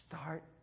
start